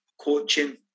coaching